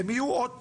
הם יהיו עוד פלח,